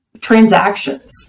transactions